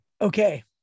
okay